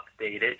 updated